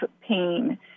pain